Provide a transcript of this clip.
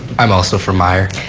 i'm also from meyer.